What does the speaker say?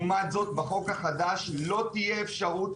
האדם הנורמטיבי שעושה עבירה שיש בה אפס נקודות,